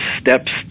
steps